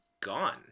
gone